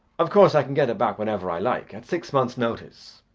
of course, i can get it back whenever i like, at six months' notice.